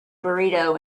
burrito